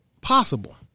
possible